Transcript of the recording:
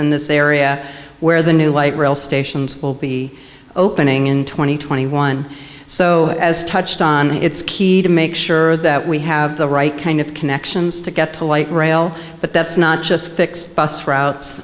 in this area where the new light rail stations will be opening in two thousand and twenty one so as touched on it's key to make sure that we have the right kind of connections to get to light rail but that's not just fix bus route